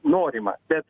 norima bet